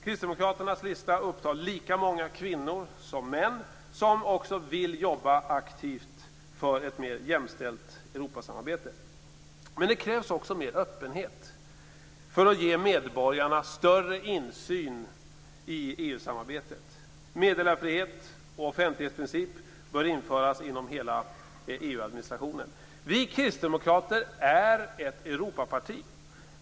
Kristdemokraternas lista upptar lika många kvinnor som män, som också vill jobba aktivt för ett mer jämställt Det krävs också mer öppenhet för att ge medborgarna större insyn i EU-samarbetet. Meddelarfrihet och offentlighetsprincip bör införas inom hela EU Vi kristdemokrater är ett Europaparti.